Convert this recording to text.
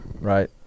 Right